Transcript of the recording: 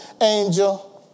angel